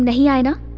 and sanjana?